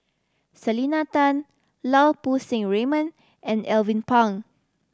Selena Tan Lau Poo Seng Raymond and Alvin Pang